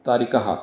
तारिकः